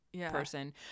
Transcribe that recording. person